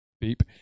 Beep